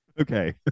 okay